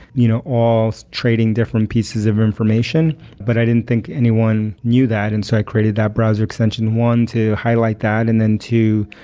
you know all so trading different pieces of information but i didn't think anyone knew that, and so i created that browser extension one, to highlight that and then two,